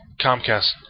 Comcast